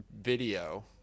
video